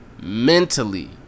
mentally